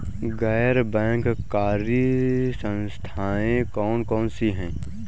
गैर बैंककारी संस्थाएँ कौन कौन सी हैं?